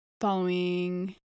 following